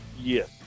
Yes